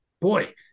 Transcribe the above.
Boy